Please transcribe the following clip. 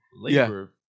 labor